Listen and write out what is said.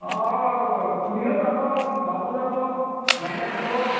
অঁ অঁ খুৰীও যাব বাবু যাব মাইনা যাব